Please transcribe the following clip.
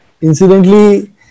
incidentally